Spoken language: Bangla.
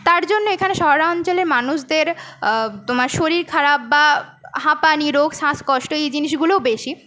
তার জন্য এখানে শহর অঞ্চলের মানুষদের তোমার শরীর খারাপ বা হাঁপানি রোগ স্বাসকষ্ট এই জিনিসগুলোও বেশি